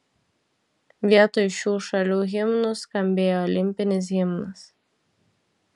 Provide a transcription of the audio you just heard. vietoj šių šalių himnų skambėjo olimpinis himnas